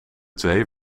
twee